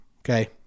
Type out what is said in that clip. Okay